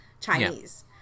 Chinese